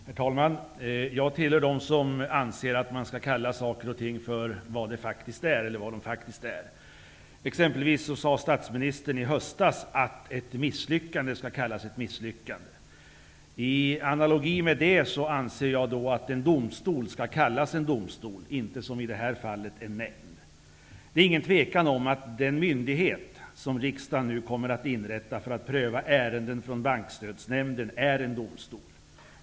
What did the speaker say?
Herr talman! Jag är en av dem som anser att man skall kalla saker och ting för vad de faktiskt är. Statsministern sade exempelvis i höstas att ett misslyckande skall kallas ett misslyckande. I analogi med det anser jag att en domstol skall kallas en domstol, inte, som i det här fallet, en nämnd. Det råder inget tvivel om att den myndighet som riksdagen nu kommer att inrätta för att pröva ärenden från Bankstödsnämnden är en domstol.